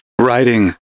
writing